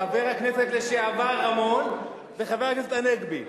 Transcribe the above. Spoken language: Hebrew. חבר הכנסת לשעבר רמון וחבר הכנסת הנגבי.